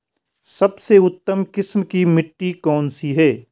सबसे उत्तम किस्म की मिट्टी कौन सी है?